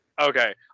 okay